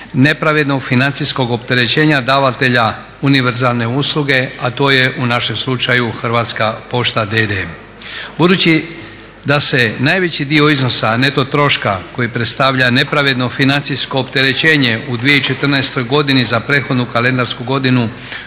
nepravednog financijskog opterećenja davatelja univerzalne usluge a to je u našem slučaju Hrvatska pošta d.d. Budući da se najveći dio iznosa neto troška koji predstavlja nepravedno financijsko opterećenje u 2014.godini za prethodnu kalendarsku godinu